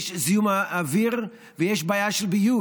יש זיהום אוויר ויש בעיה של ביוב,